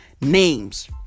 names